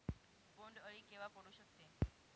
बोंड अळी केव्हा पडू शकते?